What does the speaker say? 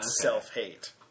self-hate